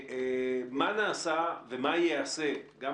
מה נעשה ומה ייעשה במיוחד גם